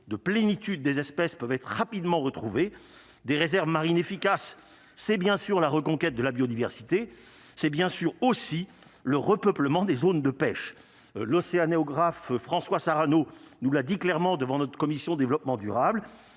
de plénitude des espèces peuvent être rapidement retrouver des réserves marines efficace, c'est bien sûr la reconquête de la biodiversité, c'est bien sûr aussi le repeuplement des zones de pêche l'océanographe François Sarano nous l'a dit clairement devant notre commission développement durable,